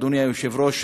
אדוני היושב-ראש,